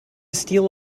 steal